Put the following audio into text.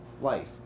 life